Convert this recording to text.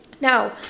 Now